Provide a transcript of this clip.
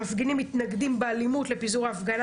המפגינים מתנגדים באלימות לפיזור ההפגנה